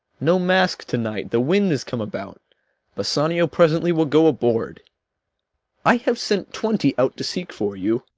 no masque to-night the wind is come about bassanio presently will go aboard i have sent twenty out to seek for you.